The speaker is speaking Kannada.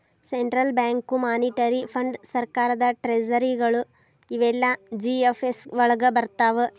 ಸೆಂಟ್ರಲ್ ಬ್ಯಾಂಕು, ಮಾನಿಟರಿ ಫಂಡ್.ಸರ್ಕಾರದ್ ಟ್ರೆಜರಿಗಳು ಇವೆಲ್ಲಾ ಜಿ.ಎಫ್.ಎಸ್ ವಳಗ್ ಬರ್ರ್ತಾವ